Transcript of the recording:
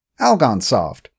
Algonsoft